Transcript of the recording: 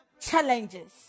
challenges